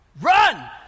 Run